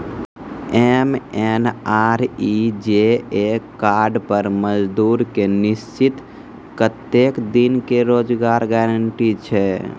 MNREGA card पर मजदुर के निश्चित कत्तेक दिन के रोजगार गारंटी छै?